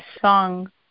song